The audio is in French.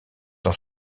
dans